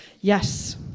yes